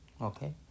okay